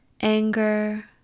anger